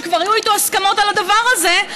שכבר היו איתו הסכמות על הדבר הזה,